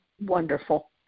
wonderful